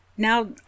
Now